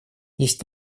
есть